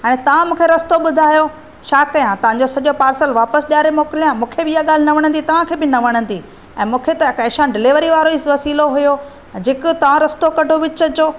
ऐं तव्हां मूंखे रस्तो ॿुधायो छा कया तव्हांजो सॼो पार्सल वापिसि ॾेयारे मोकिलिया मूंखे बि हीअ ॻाल्हि न वणंदी तव्हांखे बि न वणंदी ऐं मूंखे त कैश ऑन डिलीवरी वारो ई स्वासिलो हुयो जेको तव्हां रस्तो कढो विच जो